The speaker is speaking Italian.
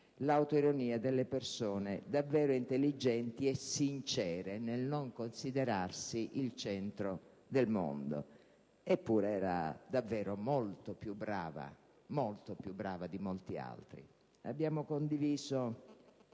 l'autoironia delle persone davvero intelligenti e sincere nel non considerarsi il centro del mondo. Eppure era davvero molto più brava - molto più brava - di tanti altri. Abbiamo condiviso